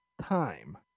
time